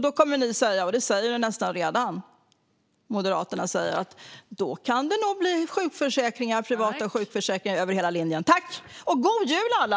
Ni kommer då att säga, och det säger Moderaterna nästan redan: Då kan det nog bli privata sjukförsäkringar över hela linjen. God jul, alla!